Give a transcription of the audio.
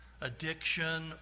addiction